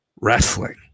wrestling